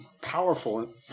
powerful